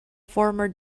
former